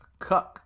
Cuck